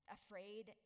afraid